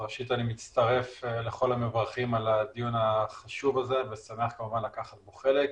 אני מצטרף לכל המברכים על הדיון החשוב ושמח כמובן לקחת בו חלק.